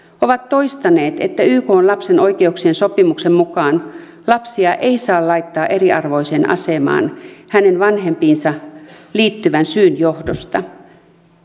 ovat toistaneet että ykn lapsen oikeuksien sopimuksen mukaan lapsia ei saa laittaa eriarvoiseen asemaan hänen vanhempiinsa liittyvän syyn johdosta